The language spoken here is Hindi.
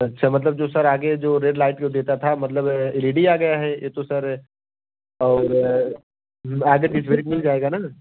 अच्छा मतलब जो सर आगे जो रेड लाइट भी वह देता था मतलब यह भी आ गया है यह तो सर और आगे डिजवेरिज मिल जाएगा ना